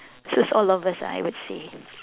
suits all of us ah I would say